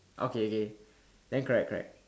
okay okay then correct correct